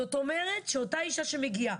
זאת אומרת שאותה אישה שמגיעה,